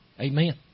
Amen